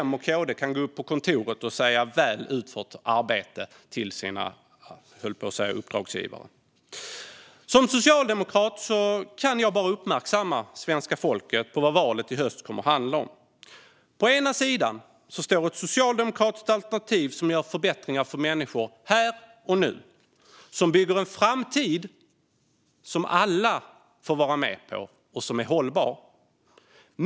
M och KD kan gå upp på kontoret och säga "väl utfört arbete" till sina - jag höll på att säga uppdragsgivare. Som socialdemokrat kan jag bara uppmärksamma svenska folket på vad valet i höst kommer att handla om. På ena sidan står ett socialdemokratiskt alternativ som gör förbättringar för människor här och nu och bygger en framtid som alla får vara med på och som är hållbar.